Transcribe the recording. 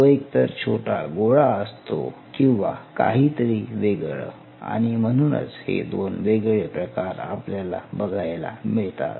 तो एकतर छोटा गोळा असतो किंवा काहीतरी वेगळं आणि म्हणूनच हे दोन वेगळे प्रकार आपल्याला बघायला मिळतात